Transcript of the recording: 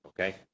Okay